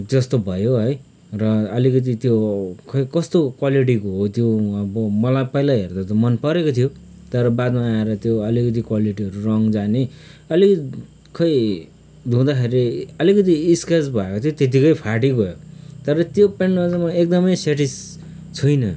जस्तो भयो है र अलिकति त्यो खै कस्तो क्वालिटीको हो त्यो अब मलाई पहिला हेर्दा त मन परेको थियो तर बादमा आएर त्यो अलिकति क्वालिटीहरू रङ जाने अलिक खै धुँदाखेरि अलिकति स्क्र्याच भएको थियो त्यतिकै फाटिगयो तर त्यो पेन्टमा चाहिँ म एकदमै सेटिस् छुइनँ